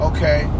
Okay